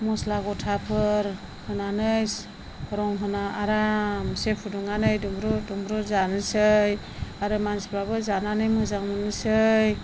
मस्ला गथाफोर होनानै रंहोना आरामसे फुदुंनानै दुंब्रु दुंब्रु जानोसै आरो मानसिफ्राबो जानानै मोजां मोननोसै